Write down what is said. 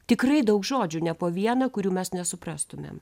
tikrai daug žodžių ne po vieną kurių mes nesuprastumėm